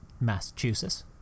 Massachusetts